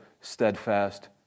steadfast